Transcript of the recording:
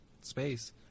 space